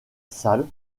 salle